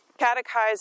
Catechize